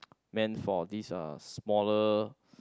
meant for this uh smaller